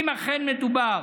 אם אכן מדובר